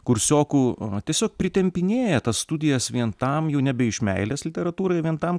kursiokų o tiesiog pritempinėja tas studijas vien tam jau nebe iš meilės literatūrai vien tam